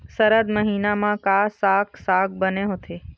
सरद महीना म का साक साग बने होथे?